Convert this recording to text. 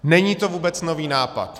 Není to vůbec nový nápad.